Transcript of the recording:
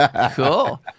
cool